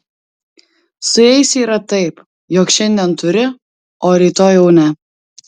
su jais yra taip jog šiandien turi o rytoj jau ne